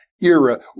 era